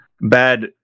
bad